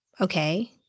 Okay